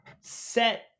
set